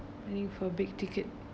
winning for big ticket